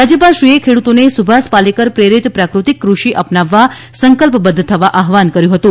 રાજ્યપાલ શ્રીએ ખેડૂતોને સુભાષ પાલેક્ટર પ્રેરિત પ્રાકૃતિક કૃષિ અપનાવવા સંકલ્પબધ્ધ થવા આહવાન કર્યું હતું